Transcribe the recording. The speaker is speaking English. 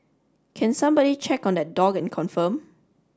can somebody check on that dog and confirm